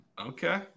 Okay